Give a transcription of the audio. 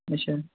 اَچھا